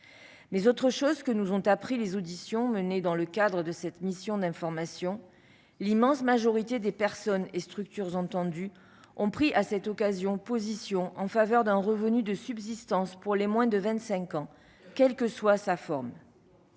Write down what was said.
Par ailleurs, à l'occasion des auditions menées dans le cadre de cette mission d'information, l'immense majorité des personnes et structures entendues ont pris position en faveur d'un revenu de subsistance pour les moins de 25 ans, quelle que soit sa forme.